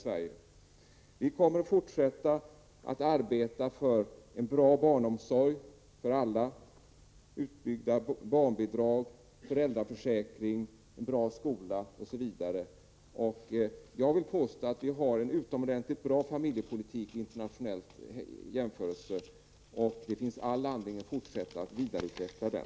Vi kommer att fortsätta att arbeta för en bra barnomsorg för alla, utbyggda barnbidrag, föräldraförsäkring, en bra skola, osv. Jag vill påstå att vi har en vid internationell jämförelse utomordentligt bra familjepolitik, och det finns all anledning att fortsätta att utveckla den.